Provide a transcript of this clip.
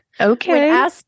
Okay